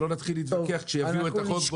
כדי שלא נתחיל להתווכח כשיביאו את החוק בעוד